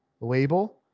label